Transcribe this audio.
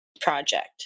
project